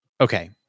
Okay